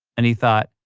and he thought,